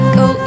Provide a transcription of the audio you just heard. go